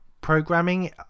programming